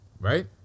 right